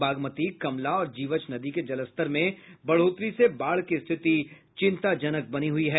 बागमती कमला और जीवछ नदी के जलस्तर में बढ़ोतरी से बाढ़ की स्थिति चिंताजनक बनी हुई है